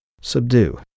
subdue